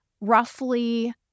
Roughly